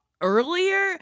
earlier